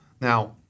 Now